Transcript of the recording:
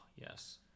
yes